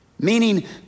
Meaning